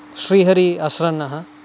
श्रीहरिः अश्रन्नः